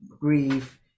grief